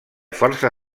força